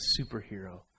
superhero